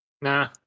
Nah